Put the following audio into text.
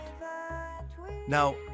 Now